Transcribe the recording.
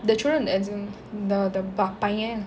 the children as in the the பையன்:paiyen